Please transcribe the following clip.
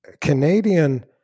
Canadian